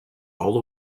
all